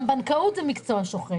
גם בנקאות זה מקצוע שוחק.